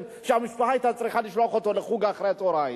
שהמשפחה היתה צריכה לשלוח אותו לחוג אחרי-הצהריים?